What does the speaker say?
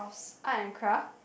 art and craft